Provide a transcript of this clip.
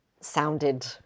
sounded